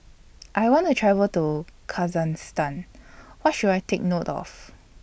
I want to travel to Kazakhstan What should I Take note of